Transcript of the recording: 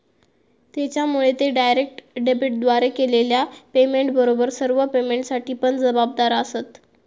त्येच्यामुळे ते डायरेक्ट डेबिटद्वारे केलेल्या पेमेंटबरोबर सर्व पेमेंटसाठी पण जबाबदार आसंत